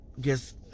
guess